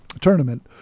tournament